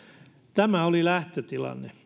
tämä oli lähtötilanne